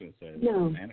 No